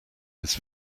his